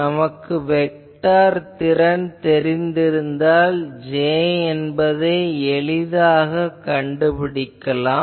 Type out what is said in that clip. நமக்கு வெக்டார் திறன் தெரிந்திருந்தால் J என்பதை எளிதாகக் கண்டுபிடிக்கலாம்